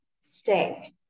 stay